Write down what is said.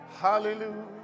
Hallelujah